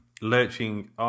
lurching